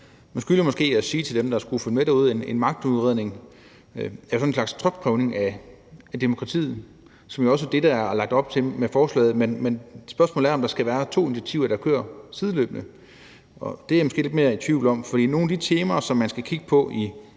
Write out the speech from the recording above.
Man skylder måske at sige til dem, der følger med derude, at en magtudredning er sådan en slags trykprøvning af demokratiet, hvilket jo også er det, der er lagt op til med forslaget. Men spørgsmålet er, om der skal være to initiativer, der kører sideløbende. Det er jeg måske lidt mere i tvivl om. For nogle af de temaer, som man skal kigge på i